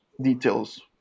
details